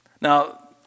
Now